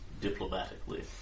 Diplomatically